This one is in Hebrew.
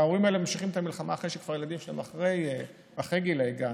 וההורים האלה ממשיכים את המלחמה אחרי שהילדים שלהם כבר אחרי גיל הגן,